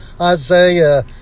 Isaiah